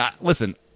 listen